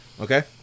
Okay